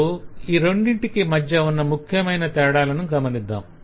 ఇప్పుడు ఈ రెండింటికి మధ్య ఉన్న ముఖ్యమైన తేడాలను గమనిద్దాం